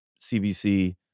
CBC